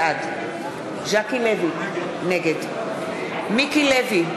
בעד ז'קי לוי, נגד מיקי לוי,